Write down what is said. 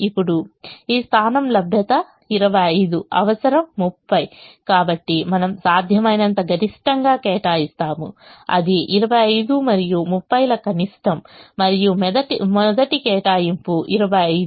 ఇప్పుడు ఈ స్థానం లభ్యత 25 అవసరం 30 కాబట్టి మనము సాధ్యమైనంత గరిష్టంగా కేటాయిస్తాము అది 25 మరియు 30 ల కనిష్టం మరియు మొదటి కేటాయింపు 25